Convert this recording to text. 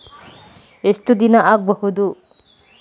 ಎಷ್ಟು ದಿನ ಆಗ್ಬಹುದು?